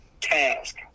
task